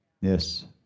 Yes